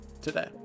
today